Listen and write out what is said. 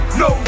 no